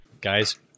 Guys